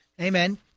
Amen